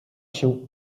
się